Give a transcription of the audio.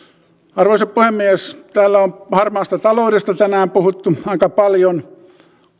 arvoisa puhemies täällä on harmaasta taloudesta tänään puhuttu aika paljon